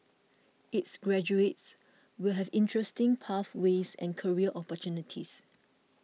its graduates will have interesting pathways and career opportunities